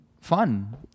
fun